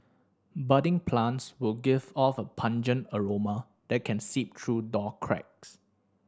budding plants will give off a pungent aroma that can seep through door cracks